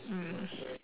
mm